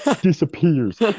disappears